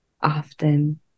often